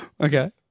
Okay